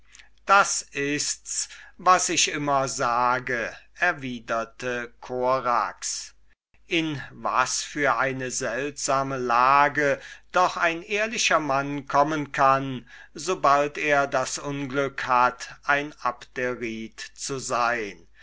das ists was ich immer sage erwiderte korax in was für eine seltsame lage doch ein ehrlicher mann kommen kann sobald er das unglück hat ein abderit zu sein